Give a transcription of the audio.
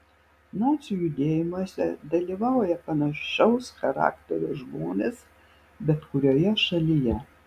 nacių judėjimuose dalyvauja panašaus charakterio žmonės bet kurioje šalyje